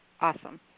awesome